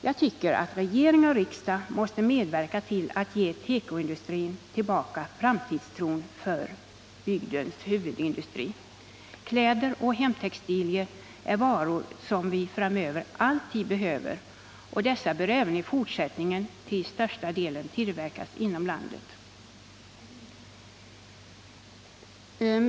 Jag tycker att regering och riksdag måste medverka till att ge tekoindustrin tillbaka framtidstron för bygdens huvudindustri. Kläder och hemtextilier är varor som vi framöver alltid behöver, och dessa bör även i fortsättningen till största delen tillverkas inom landet.